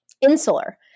insular